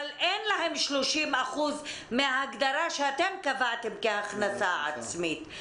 אבל אין להם 30% מההגדרה שאתם קבעתם כהכנסה עצמית.